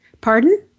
Pardon